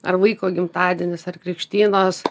ar vaiko gimtadienis ar krikštynos